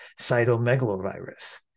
cytomegalovirus